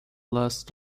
last